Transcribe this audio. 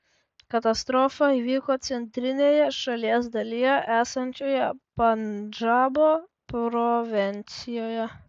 katastrofa įvyko centrinėje šalies dalyje esančioje pandžabo provincijoje